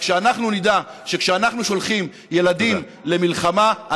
רק שאנחנו נדע שכשאנחנו שולחים ילדים למלחמה,